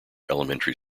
elementary